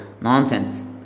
nonsense